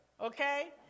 Okay